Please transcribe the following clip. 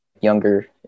younger